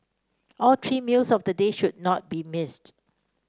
all three meals of the day should not be missed